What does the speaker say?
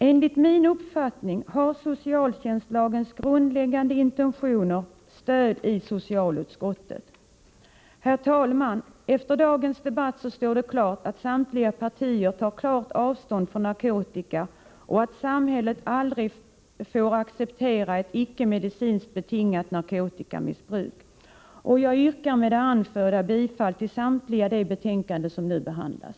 Enligt min uppfattning har socialtjänstlagens grundläggande intentioner stöd i socialutskottet. Herr talman! Efter dagens debatt står det klart att samtliga partier tar klart avstånd från narkotika, och att samhället aldrig får acceptera ett ickemedicinskt betingat narkotikabruk. Jag yrkar med det anförda bifall till hemställan i samtliga de betänkanden som nu behandlas.